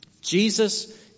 Jesus